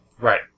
Right